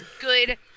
good